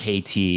kt